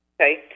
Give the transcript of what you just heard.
Okay